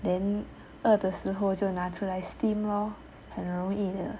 then 饿的时候就拿出来 steam lor 很容易的